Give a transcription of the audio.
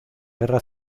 guerra